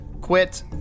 Quit